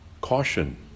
caution